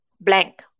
blank